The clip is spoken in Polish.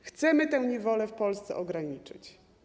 Chcemy tę niewolę w Polsce ograniczyć.